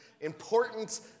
important